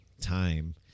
time